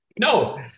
No